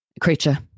creature